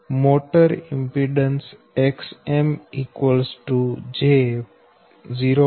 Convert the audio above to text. motor impedance X m j0